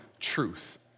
truth